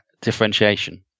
differentiation